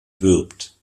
wirbt